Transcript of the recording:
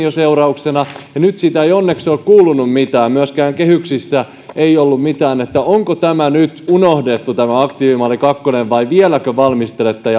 yhden seurauksena ja nyt siitä ei onneksi ole kuulunut mitään myöskään kehyksissä ei ollut mitään onko nyt unohdettu tämä aktiivimalli kaksi vai vieläkö valmistelette